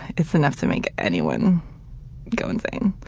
it's enough to make anyone go insane.